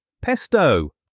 Pesto